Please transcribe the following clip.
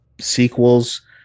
sequels